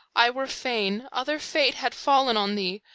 i were fain other fate had fallen on thee.